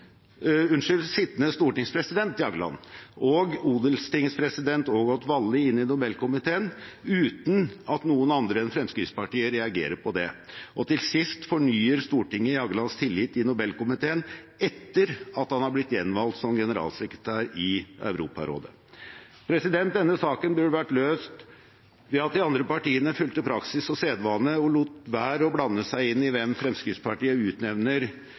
Nobelkomiteen, uten at noen andre enn Fremskrittspartiet reagerer på det. Og til sist fornyer Stortinget Jaglands tillit i Nobelkomiteen etter at han er blitt gjenvalgt som generalsekretær i Europarådet. Denne saken burde vært løst ved at de andre partiene fulgte praksis og sedvane og lot være å blande seg inn i hvem Fremskrittspartiet utnevner